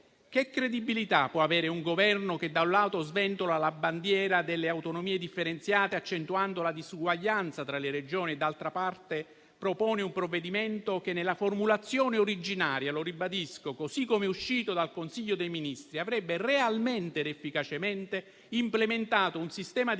quale credibilità può avere un Governo che - da un lato - sventola la bandiera delle autonomie differenziate, accentuando la disuguaglianza tra le Regioni e - dall'altro lato - propone un provvedimento che nella formulazione originaria - ribadisco - così come uscito dal Consiglio dei ministri, avrebbe realmente ed efficacemente implementato un sistema di